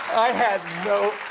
i had no